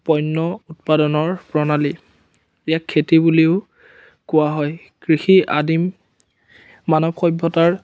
পণ্য উৎপাদনৰ প্ৰণালী ইয়াক খেতি বুলিও কোৱা হয় কৃষি আদিম মানৱ সভ্যতাৰ